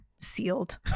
sealed